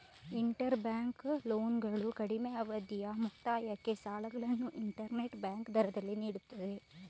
inter bank ಲೋನ್ಗಳು ಕಡಿಮೆ ಅವಧಿಯ ಮುಕ್ತಾಯಕ್ಕೆ ಸಾಲಗಳನ್ನು ಇಂಟರ್ ಬ್ಯಾಂಕ್ ದರದಲ್ಲಿ ನೀಡುತ್ತದೆ